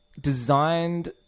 designed